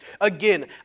Again